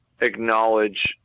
acknowledge